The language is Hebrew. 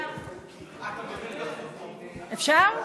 אפשר?